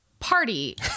Party